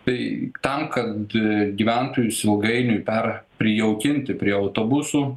tai tam kad gyventojus ilgainiui per prijaukinti prie autobusų